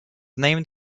named